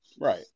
right